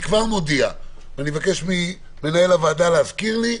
כבר מודיע ואני אבקש ממנהל הוועדה להזכיר לי,